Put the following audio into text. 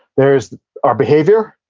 there's our behavior,